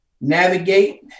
navigate